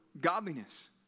godliness